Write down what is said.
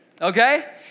okay